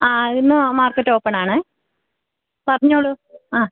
ആ ഇന്ന് market open ആണേ പറഞ്ഞോളു ആ